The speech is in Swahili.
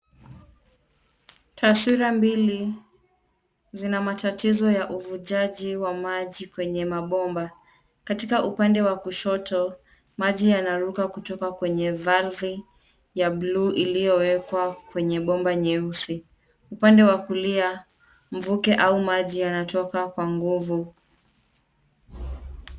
Taswira mbili zina matatizo ya uvujaji wa maji kwenye mabomba. Katika upande wa kushoto maji yanaruka kutoka kwenye valvu ya buluu iliyowekwa kwenye bomba nyeusi. Upande wa kulia mvuke au maji yanatoka kwa nguvu.